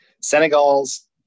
Senegal's